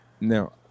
Now